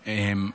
כן.